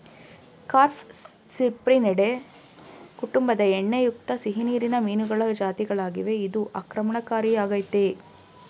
carp Cyprinidae ಕುಟುಂಬದ ಎಣ್ಣೆಯುಕ್ತ ಸಿಹಿನೀರಿನ ಮೀನುಗಳ ಜಾತಿಗಳಾಗಿವೆ ಇದು ಆಕ್ರಮಣಕಾರಿಯಾಗಯ್ತೆ